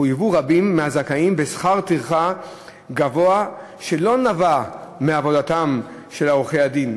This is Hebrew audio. חויבו רבים מהזכאים בשכר טרחה גבוה שלא נבע מעבודתם של עורכי-הדין,